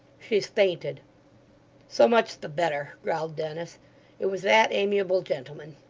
she's fainted so much the better growled dennis it was that amiable gentleman.